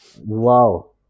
Wow